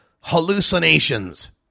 hallucinations